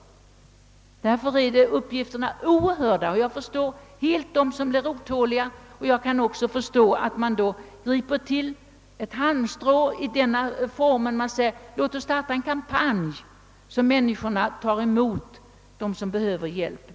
Därför är uppgifterna oerhörda, och jag förstår helt dem, som blir otåliga. Jag kan också förstå, att de då griper ett halmstrå och t.ex. vill starta en kampanj för att människorna bättre skall ta emot den som behöver hjälp!